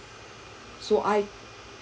so I